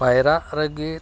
ᱯᱟᱭᱨᱟᱜ ᱞᱟᱹᱜᱤᱫ